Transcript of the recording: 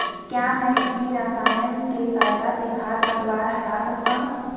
क्या मैं किसी रसायन के सहायता से खरपतवार हटा सकता हूँ?